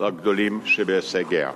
לגדולים שבהישגיה.